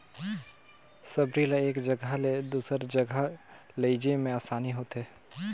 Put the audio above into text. सबरी ल एक जगहा ले दूसर जगहा लेइजे मे असानी होथे